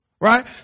right